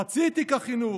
חצי תיק החינוך,